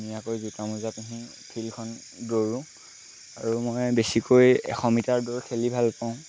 ধুনীয়াকৈ জোতা মোজা পিন্ধি ফিল্ডখন দৌৰোঁ আৰু মই বেছিকৈ এশ মিটাৰ দৌৰ খেলি ভাল পাওঁ